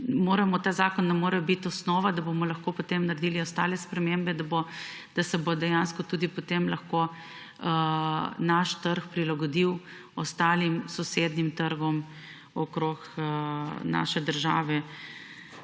Ta zakon nam mora biti osnova, da bomo lahko potem naredili ostale spremembe, da se bo dejansko potem lahko naš trg prilagodil sosednjim trgom okrog naše države,